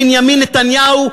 בנימין נתניהו,